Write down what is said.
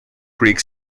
creek